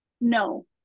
no